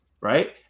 right